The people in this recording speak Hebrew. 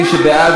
מי שבעד,